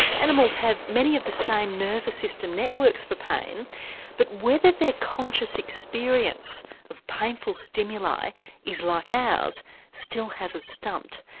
animals have many of the same nervous system networks for pain but whether their conscious experience of painful stimuli is like ours still has us stumped.